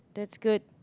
that's good